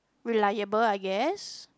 reliable I guess